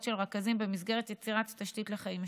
של רכזים במסגרת יצירת תשתית לחיים משותפים,